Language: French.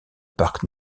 parc